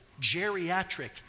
geriatric